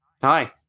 Hi